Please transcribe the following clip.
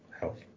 health